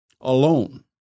alone